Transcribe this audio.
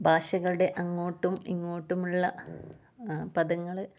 ഭാഷകളുടെ അങ്ങോട്ടും ഇങ്ങോട്ടും ഉള്ള പദങ്ങള്